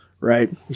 right